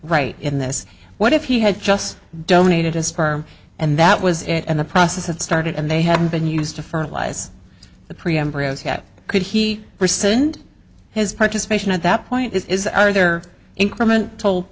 right in this what if he had just donated his sperm and that was it and the process had started and they haven't been used to fertilize the pre embryo yet could he rescind his participation at that point is are there increment toll